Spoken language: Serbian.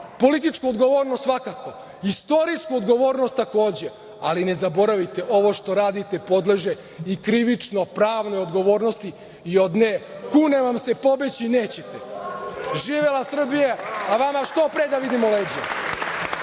političku odgovornost svakako, istorijsku odgovornost takođe, ali ne zaboravite, ovo što radite podleže i krivično-pravnoj odgovornosti i od nje, kunem vam se, pobeći nećete. Živela Srbija, a vama što pre da vidimo leđa.